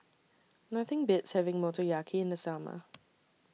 Nothing Beats having Motoyaki in The Summer